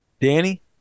Danny